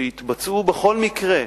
שיתבצעו בכל מקרה,